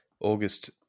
August